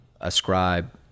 Ascribe